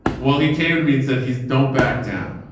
well, he came to me and said, he's, don't back down.